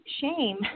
shame